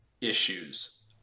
issues